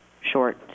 short